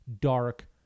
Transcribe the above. dark